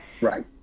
right